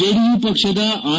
JDU ಪಕ್ಷದ R